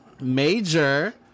major